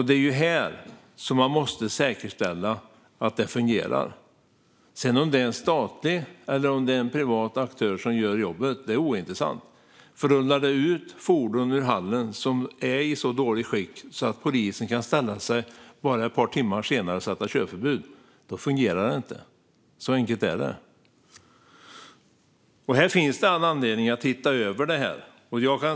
Det är ju här man måste säkerställa att det fungerar; om det sedan är en statlig eller en privat aktör som gör jobbet är ointressant. Rullar det ut fordon ur hallen som är i så dåligt skick att polisen bara ett par timmar senare kan sätta körförbud på dem fungerar det inte - så enkelt är det. Det finns all anledning att titta över detta.